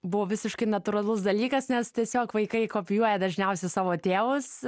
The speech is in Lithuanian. buvo visiškai natūralus dalykas nes tiesiog vaikai kopijuoja dažniausiai savo tėvus